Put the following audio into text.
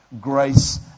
grace